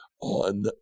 on